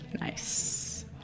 Nice